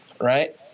Right